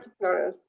No